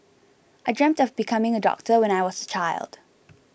I dreamt of becoming a doctor when I was a child